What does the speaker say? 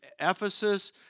Ephesus